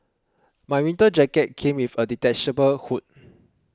my winter jacket came with a detachable hood